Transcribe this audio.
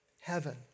heaven